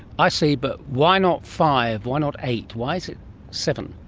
i see, but why not five, why not eight, why is it seven?